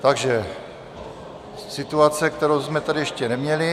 Takže situace, kterou jsme tady ještě neměli.